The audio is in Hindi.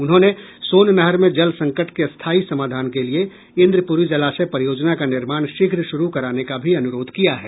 उन्होंने सोन नहर में जल संकट के स्थायी समाधान के लिए इन्द्रपूरी जलाशय परियोजना का निर्माण शीघ्र शुरू कराने का भी अनुरोध किया है